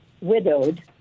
widowed